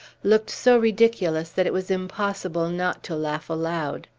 looked so ridiculous that it was impossible not to laugh aloud.